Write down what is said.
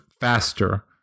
faster